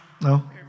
No